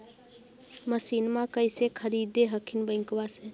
मसिनमा कैसे खरीदे हखिन बैंकबा से?